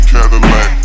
Cadillac